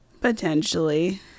potentially